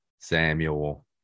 Samuel